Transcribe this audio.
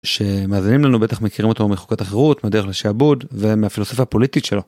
שמאזינים לנו בטח מכירים אותו מחוקת החירות מהדרך לשעבוד ומהפילוסופיה הפוליטית שלו.